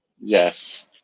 Yes